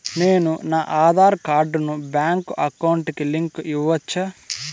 నేను నా ఆధార్ కార్డును బ్యాంకు అకౌంట్ కి లింకు ఇవ్వొచ్చా?